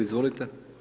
Izvolite.